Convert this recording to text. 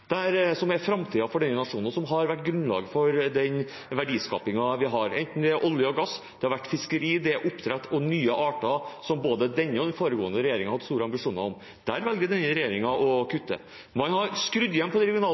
som er framtiden for denne nasjonen, og som har vært grunnlaget for den verdiskapingen vi har, enten det er olje og gass, fiskeri eller oppdrett av nye arter, som både denne og den forrige regjeringen hadde store ambisjoner om. Der velger denne regjeringen å kutte. Man har skrudd igjen på